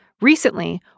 Recently